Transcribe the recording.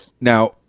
now